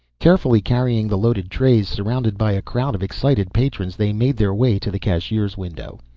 carefully carrying the loaded trays, surrounded by a crowd of excited patrons, they made their way to the cashier's window.